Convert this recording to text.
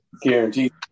Guaranteed